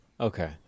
Okay